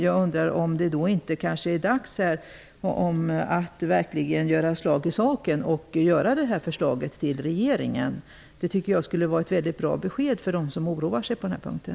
Jag undrar om det kanske inte är dags att nu verkligen göra slag i saken och överlämna förslaget till regeringen. Det tycker jag skulle vara ett mycket bra besked till dem som oroar sig på den här punkten.